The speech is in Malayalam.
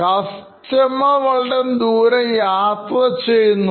കസ്റ്റമർവളരെയധികം ദൂരം യാത്ര ചെയ്യുന്നു